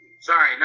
Sorry